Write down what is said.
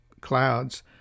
clouds